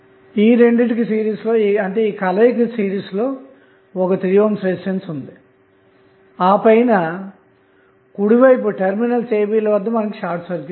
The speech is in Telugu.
ఈ రెండిటికి సిరీస్ లో ఒక 3 ohm కలదు ఆపై కుడి వైపు టెర్మినల్స్ ab వద్ద షార్ట్ సర్క్యూట్ కలదు